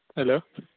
hello